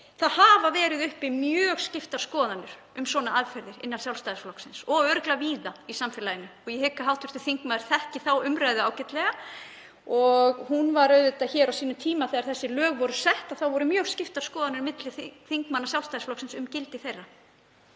hafa verið skiptar um svona aðferðir innan Sjálfstæðisflokksins og örugglega víða í samfélaginu og ég hygg að hv. þingmaður þekki þá umræðu ágætlega. Hún stóð auðvitað hér á sínum tíma þegar þessi lög voru sett. Þá voru mjög skiptar skoðanir milli þingmanna Sjálfstæðisflokksins um gildi þeirra.